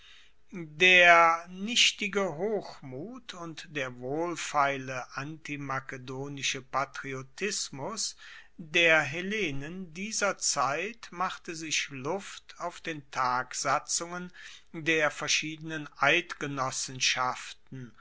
der nichtige hochmut und der wohlfeile antimakedonische patriotismus der hellenen dieser zeit machte sich luft auf den tagsatzungen der verschiedenen eidgenossenschaften